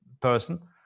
person